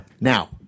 Now